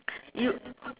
you